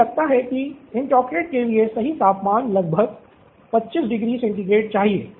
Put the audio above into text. मुझे लगता है कि इन चॉकलेट के लिए सही तापमान लगभग 25 डिग्री सेंटीग्रेड चाहिए